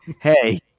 Hey